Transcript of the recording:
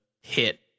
hit